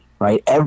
right